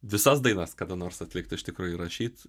visas dainas kada nors atlikti iš tikro įrašyt